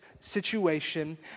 situation